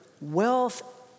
wealth